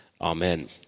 amen